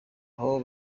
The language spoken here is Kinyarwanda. aho